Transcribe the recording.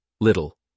little